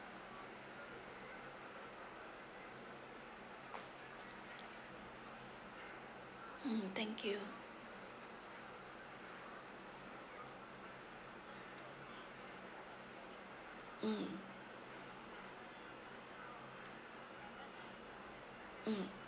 mm thank you mm mm